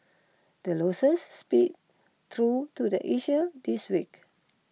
the losses seeped through to the Asia this week